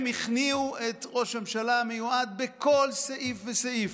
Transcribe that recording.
הם הכניעו את ראש הממשלה המיועד בכל סעיף וסעיף.